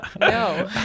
No